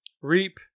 reap